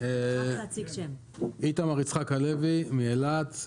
איתמר יצחק הלוי מאילת,